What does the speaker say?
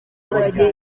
buryo